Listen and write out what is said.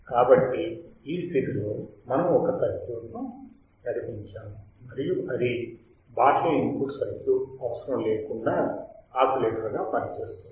కాబట్టి ఈ స్థితిలో మనము ఒక సర్క్యూట్ను నడిపించాము మరియు అది బాహ్య ఇన్పుట్ సర్క్యూట్ అవసరం లేకుండా ఆసిలేటర్గా పని చేస్తుంది